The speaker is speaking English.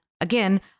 again